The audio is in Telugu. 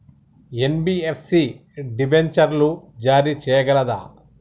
ఎన్.బి.ఎఫ్.సి డిబెంచర్లు జారీ చేయగలదా?